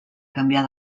canviar